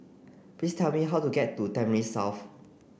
please tell me how to get to Tampines South